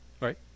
Right